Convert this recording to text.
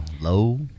low